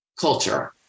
culture